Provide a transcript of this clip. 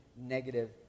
negative